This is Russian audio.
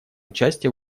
участие